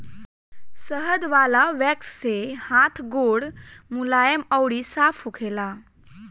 शहद वाला वैक्स से हाथ गोड़ मुलायम अउरी साफ़ होखेला